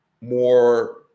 more